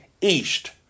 east